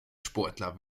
sportler